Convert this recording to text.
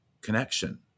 connection